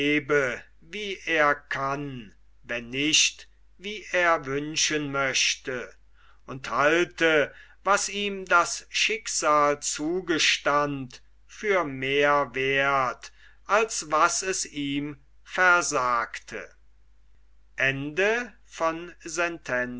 wie er kann wenn nicht wie er wünschen möchte und halte was ihm das schicksal zugestand für mehr werth als was es ihm versagte